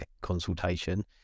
consultation